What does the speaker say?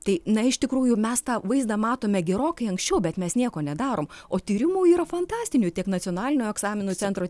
tai na iš tikrųjų mes tą vaizdą matome gerokai anksčiau bet mes nieko nedarom o tyrimų yra fantastinių tiek nacionalinio egzaminų centro tiek